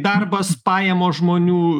darbas pajamos žmonių